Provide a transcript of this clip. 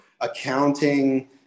accounting